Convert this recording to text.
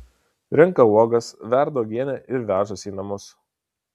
renka uogas verda uogienę ir vežasi į namus